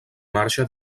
marxa